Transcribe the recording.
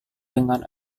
dengan